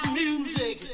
music